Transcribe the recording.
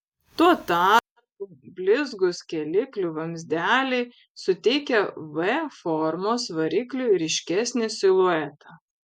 tuo tarpu blizgūs kėliklių vamzdeliai suteikia v formos varikliui ryškesnį siluetą